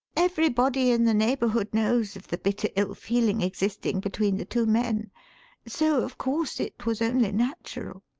everybody in the neighbourhood knows of the bitter ill feeling existing between the two men so, of course, it was only natural.